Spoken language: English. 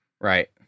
Right